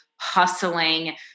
hustling